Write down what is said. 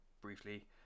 briefly